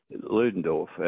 Ludendorff